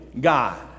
God